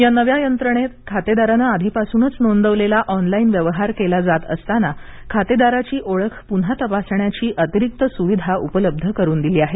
या नव्या यंत्रणेत खातेदारानं आधीपासूनच नोंदवलेला ऑनलाईन व्यवहार केला जात असताना खातेदाराची ओळख पुन्हा तपासण्याची अतिरिक्त सुविधा उपलब्ध करून दिली आहे